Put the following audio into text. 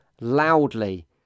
loudly